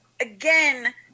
again